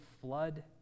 flood